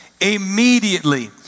Immediately